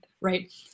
right